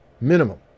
minimum